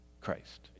Christ